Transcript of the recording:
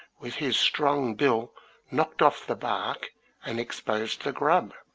with his strong bill knocked off the bark and exposed the grub,